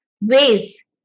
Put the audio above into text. ways